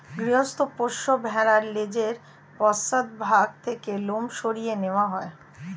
গৃহস্থ পোষ্য ভেড়ার লেজের পশ্চাৎ ভাগ থেকে লোম সরিয়ে নেওয়া হয়